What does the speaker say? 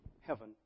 heaven